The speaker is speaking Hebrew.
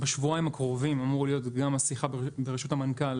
בשבועיים הקרובים אמור להיות שיחה בראשות המנכ"ל